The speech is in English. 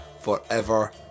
forever